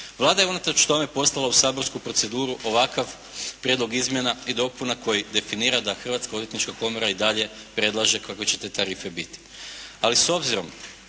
Vlada je unatoč tome poslala u saborsku proceduru ovakav prijedlog izmjena i dopuna koji definira da Hrvatska odvjetnička komora i dalje predlaže kakve će te tarife biti. Ali s obzirom